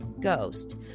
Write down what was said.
ghost